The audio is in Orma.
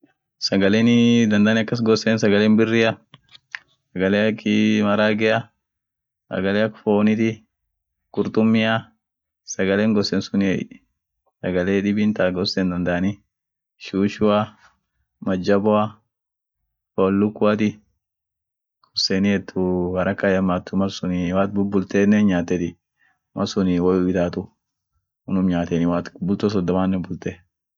Sagale dandaani akas gosen, sagalen biria, sagale ak maraagea ak fooniti, kurtumia sagalen gosen sunie, sagalen dibin ta gosen dandaani shushua majaboa, foon lukuati goseni ihamaatu woat bubulteenen nyaateti .won sun woyu ihitaatu unum nyaateni woat bulto sodomaanen bulte.